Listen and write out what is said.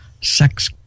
sex